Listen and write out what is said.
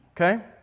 okay